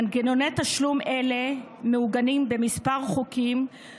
מנגנוני תשלום אלה מעוגנים בכמה חוקים,